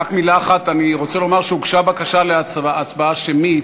רק מילה אחת: אני רוצה לומר שהוגשה בקשה להצבעה שמית,